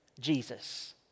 Jesus